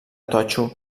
totxo